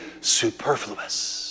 superfluous